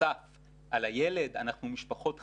נוסף על הילד, אנחנו משפחות חריגות.